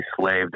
slaved